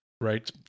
right